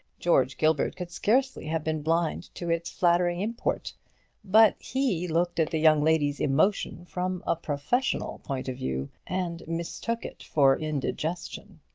george gilbert could scarcely have been blind to its flattering import but he looked at the young lady's emotion from a professional point of view, and mistook it for indigestion.